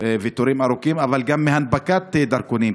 ותורים ארוכים אבל גם מהנפקת דרכונים,